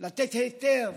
לתת היתר